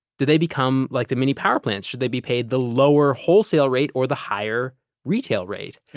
do they become like the mini power plants? should they be paid the lower wholesale rate or the higher retail rate? yeah.